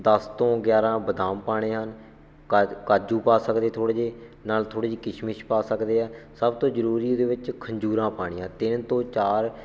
ਦਸ ਤੋਂ ਗਿਆਰਾਂ ਬਦਾਮ ਪਾਉਣੇ ਆ ਕਾ ਕਾਜੂ ਪਾ ਸਕਦੇ ਥੋੜ੍ਹੇ ਜਿਹੇ ਨਾਲ ਥੋੜ੍ਹੀ ਜਿਹੀ ਕਿਸ਼ਮਿਸ਼ ਪਾ ਸਕਦੇ ਹਾਂ ਸਭ ਤੋਂ ਜਰੂਰੀ ਉਹਦੇ ਵਿੱਚ ਖੰਜੂਰਾ ਪਾਉਣੀਆਂ ਤਿੰਨ ਤੋਂ ਚਾਰ